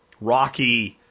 rocky